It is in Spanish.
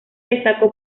destacó